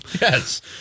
Yes